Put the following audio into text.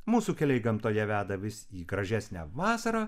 mūsų keliai gamtoje veda vis į gražesnę vasarą